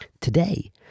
Today